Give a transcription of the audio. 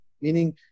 meaning